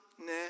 nah